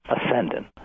ascendant